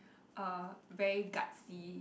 uh very gutsy